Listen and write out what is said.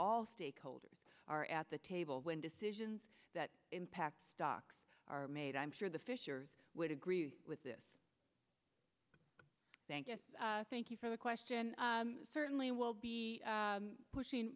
all stakeholders are at the table when decisions that impact stocks are made i'm sure the fishers would agree with this thank you thank you for the question certainly will be pushing